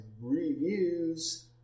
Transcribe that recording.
reviews